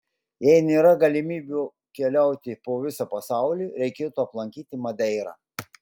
jei nėra galimybių keliauti po visą pasaulį reikėtų aplankyti madeirą